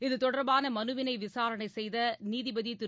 இதுதொடர்பான மனுவினை விசாரணை செய்த நீதிபதி திரு